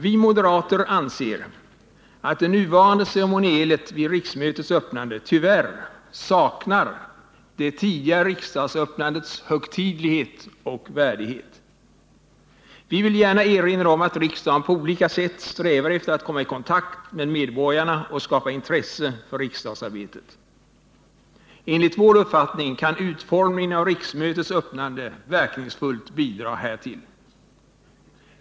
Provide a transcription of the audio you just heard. Vi moderater anser att det nuvarande ceremonielet vid riksmötets öppnande tyvärr saknar det tidigare riksdagsöppnandets högtidlighet och värdighet. Vi vill gärna erinra om att riksdagen på olika sätt strävar efter att komma i kontakt med medborgarna och skapa intresse för riksdagsarbetet. Nr 126 Enligt vår uppfattning kunde utformningen av riksmötets öppnande verk Onsdagen den ningsfullt bidra härtill.